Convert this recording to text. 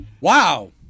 wow